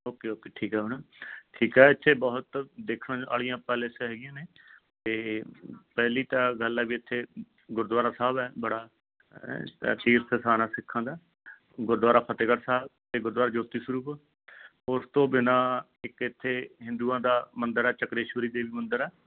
okay okay ਠੀਕ ਆ madam ਠੀਕ ਆ ਇਥੇ ਬਹੁਤ ਦੇਖਣ ਵਾਲੀਆਂ ਪਲੇਸਿਸ ਹੈਗੀਆਂ ਨੇ ਅਤੇ ਪਹਿਲੀ ਤਾਂ ਗੱਲ ਹੈ ਵੀ ਇੱਥੇ ਗੁਰਦੁਆਰਾ ਸਾਹਿਬ ਹੈ ਬੜਾ ਤੀਰਥ ਸਥਾਨ ਹੈ ਸਿੱਖਾਂ ਦਾ ਗੁਰਦੁਆਰਾ ਫਤਿਹਗੜ੍ਹ ਸਾਹਿਬ ਅਤੇ ਗੁਰਦੁਆਰਾ ਜੋਤੀ ਸਰੂਪ ਉਸ ਤੋਂ ਬਿਨਾਂ ਇੱਕ ਇੱਥੇ ਹਿੰਦੂਆਂ ਦਾ ਮੰਦਿਰ ਆ ਚਕਰੇਸ਼ਵਰੀ ਦੇਵੀ ਮੰਦਿਰ ਹੈ